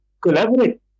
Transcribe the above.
Collaborate